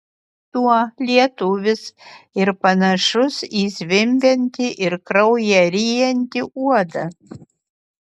tuo lietuvis ir panašus į zvimbiantį ir kraują ryjantį uodą